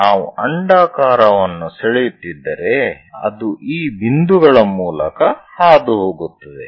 ನಾವು ಅಂಡಾಕಾರವನ್ನು ಸೆಳೆಯುತ್ತಿದ್ದರೆ ಅದು ಈ ಬಿಂದುಗಳ ಮೂಲಕ ಹಾದುಹೋಗುತ್ತದೆ